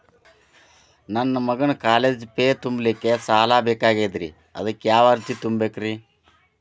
ನನ್ನ ಮಗನ college fee ತುಂಬಲಿಕ್ಕೆ ಸಾಲ ಬೇಕಾಗೆದ್ರಿ ಅದಕ್ಯಾವ ಅರ್ಜಿ ತುಂಬೇಕ್ರಿ?